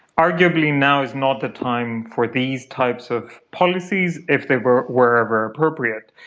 arguably now is not the time for these types of policies, if they were were ever appropriate,